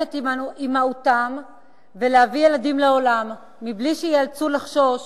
את אימהותן ולהביא ילדים לעולם מבלי שייאלצו לחשוש